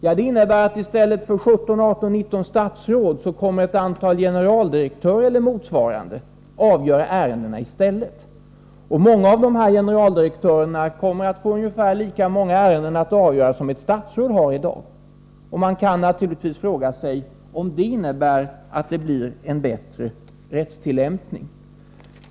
Ja, det innebär att i stället för 17, 18 eller 19 statsråd kommer ett antal generaldirektörer eller motsvarande att avgöra ärendena. Många av dessa generaldirektörer kommer att få ungefär lika många ärenden att avgöra som ett statsråd har i dag. Man kan naturligtvis fråga sig om det innebär att det blir en bättre rättstillämpning.